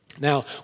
Now